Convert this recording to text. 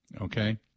Okay